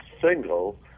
single